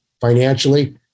financially